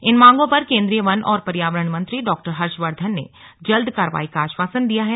इन मांगों पर केंद्रीय वन और पर्यावरण मंत्री डॉ हर्षवर्धन ने जल्द कार्रवाई का आश्वासन दिया है